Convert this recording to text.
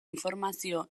informazio